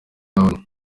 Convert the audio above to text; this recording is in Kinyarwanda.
onu